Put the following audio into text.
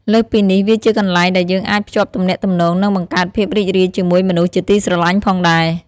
លើសពីនេះ វាជាកន្លែងដែលយើងអាចភ្ជាប់ទំនាក់ទំនង និងបង្កើតភាពរីករាយជាមួយមនុស្សជាទីស្រឡាញ់ផងដែរ។